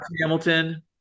Hamilton